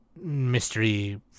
mystery